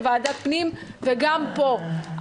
בוועדת פנים וגם פה.